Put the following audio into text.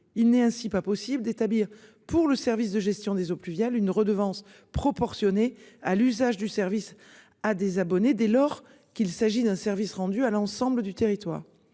il n'est ainsi pas possible d'établir pour le service de gestion des eaux pluviales une redevance proportionnée à l'usage du service à des abonnés dès lors qu'il s'agit d'un service rendu à l'ensemble du territoire.